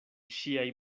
ŝiaj